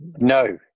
No